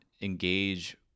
engage